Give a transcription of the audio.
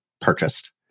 purchased